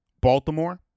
Baltimore